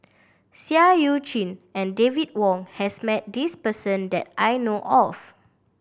Seah Eu Chin and David Wong has met this person that I know of